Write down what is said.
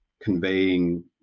conveying